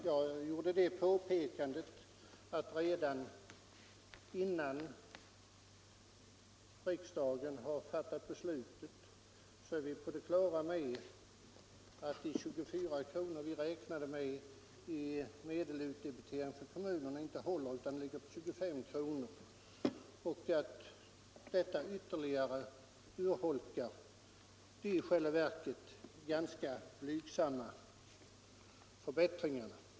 Jag gjorde det påpekandet att redan innan riksdagen fattat beslut är vi på det klara med att de 24 kronor vi räknade med i medelutdebitering för kommunerna håller inte, utan beloppet ligger på 25 kronor, vilket ytterligare urholkar de i själva verket blygsamma förbättringarna.